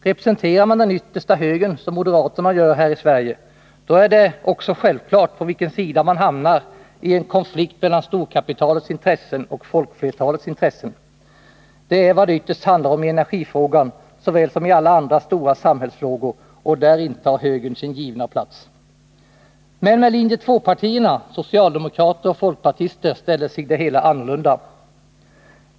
Representerar man den yttersta högern, som moderaterna här i Sverige gör, är det också självklart på vilken sida man hamnar i en konflikt mellan storkapitalets intressen och folkflertalets intressen. Det är vad det ytterst handlar om i energifrågan såväl som i alla andra stora samhällsfrågor, och där intar högern sin givna plats. Men med linje 2-partierna, socialdemokraterna och folkpartiet, ställer sig det hela annorlunda.